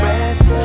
rest